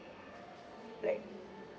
like